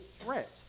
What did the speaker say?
threat